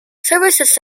services